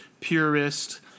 Purist